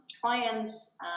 clients